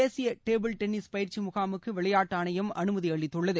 தேசிய table tennis பயிற்சி முகாமுக்கு விளையாட்டு ஆணையம் அனுமதி அளித்துள்ளது